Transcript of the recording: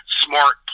smart